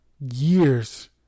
years